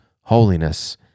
holiness